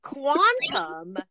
Quantum